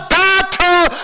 battle